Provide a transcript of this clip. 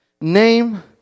name